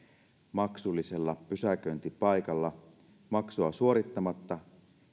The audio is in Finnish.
maksullisella pysäköintipaikalla maksua suorittamatta